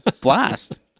Blast